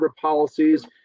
policies